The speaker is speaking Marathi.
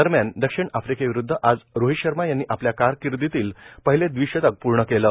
दरम्यान दक्षिण आफ्रिकेविरूध्द आज रोहीत शर्मा यांनी आपल्या कारकिर्दीतील पहिले द्विशतक पूर्ण केले